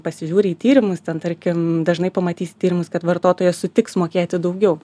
pasižiūri į tyrimus ten tarkim dažnai pamatysi tyrimus kad vartotojas sutiks mokėti daugiau